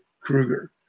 Krueger